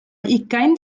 ugain